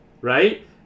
right